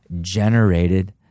generated